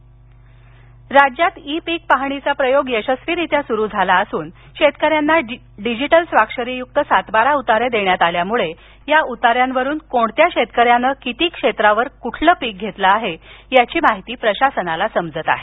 E पीक पाहणी राज्यात ई पीक पाहणीचा प्रयोग यशस्वीरीत्या सुरू झाला असून शेतकऱ्यांना डिजिटल स्वाक्षरीयुक्त सातबारा उतारे देण्यात आल्यामुळे या उताऱ्यांवरून कोणत्या शेतकऱ्याने किती क्षेत्रावर कोणते पीक घेतले आहे याची माहिती प्रशासनाला समजत आहे